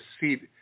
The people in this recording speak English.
see